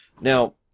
Now